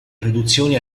produzioni